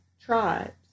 tribes